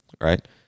right